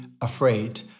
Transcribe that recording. afraid